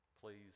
please